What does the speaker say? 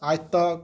Aaj Tak